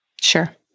Sure